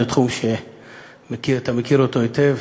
זה תחום שאתה מכיר היטב,